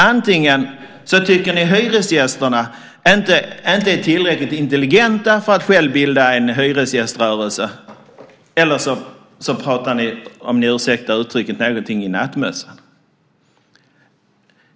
Antingen tycker ni att hyresgästerna inte är tillräckligt intelligenta för att själva bilda en hyresgäströrelse, eller så pratar ni, om ni ursäktar uttrycket, i nattmössan.